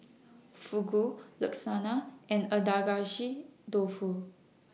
Fugu Lasagna and Agedashi Dofu